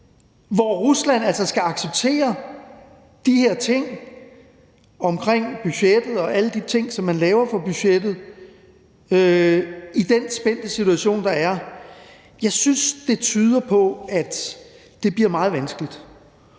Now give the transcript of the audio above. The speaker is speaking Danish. hvor Rusland altså skal acceptere de her ting om budgettet og alle de ting, som man laver for budgettet, i den spændte situation, der er? Jeg synes, det tyder på, at det bliver meget vanskeligt.